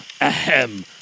Ahem